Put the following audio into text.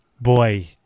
Boy